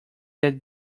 that